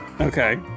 Okay